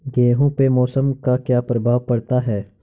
गेहूँ पे मौसम का क्या प्रभाव पड़ता है?